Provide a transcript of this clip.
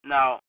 Now